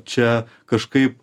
čia kažkaip